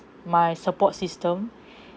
my support system